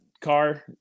car